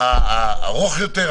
הארוך יותר,